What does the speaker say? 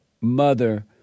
mother